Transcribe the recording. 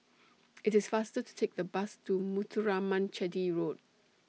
IT IS faster to Take The Bus to Muthuraman Chetty Road